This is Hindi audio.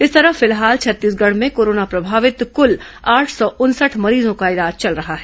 इस तरह फिलहाल छत्तीसगढ़ में कोरोना प्रभावित कुल आठ सौ उनसठ मरीजों का इलाज चल रहा है